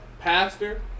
pastor